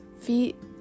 feet